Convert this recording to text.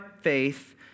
faith